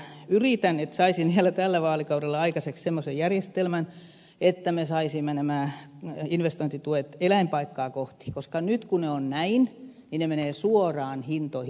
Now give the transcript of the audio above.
yritän että saisin vielä tällä vaalikaudella aikaiseksi semmoisen järjestelmän että me saisimme nämä investointituet eläinpaikkaa kohti koska nyt kun ne ovat näin niin ne menevät suoraan hintoihin